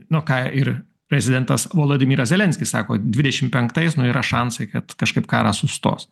nu ką ir prezidentas volodymyras zelenskis sako dvidešim penktais nu yra šansai kad kažkaip karas sustos